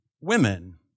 women